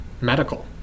medical